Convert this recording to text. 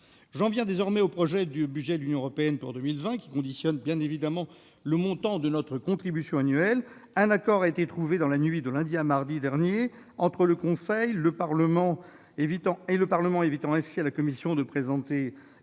J'en viens au projet de budget de l'Union européenne pour 2020, qui conditionne bien évidemment le montant de notre contribution annuelle. Un accord a été trouvé, dans la nuit de lundi à mardi, entre le Conseil et le Parlement européen, ce qui évite à la Commission de devoir